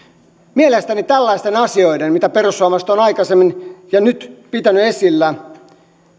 mielestäni tällaisten asioiden mitä perussuomalaiset ovat aikaisemmin ja nyt pitäneet esillä